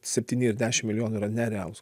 septyni ir dešim milijonų yra nerealūs